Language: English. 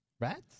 Rats